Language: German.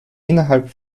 innerhalb